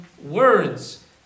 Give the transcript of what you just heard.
words